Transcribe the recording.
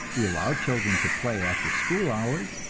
we allow children to play after school hours,